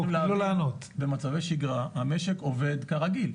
במצבי שגרה המשק עובד כרגיל.